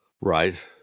Right